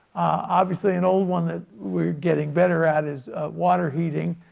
obviously an old one that we're getting better at is water heating,